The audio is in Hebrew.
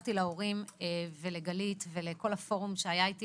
הבטחתי להורים ולגלית ולכל הפורום שהיה איתי